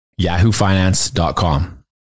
yahoofinance.com